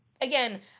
again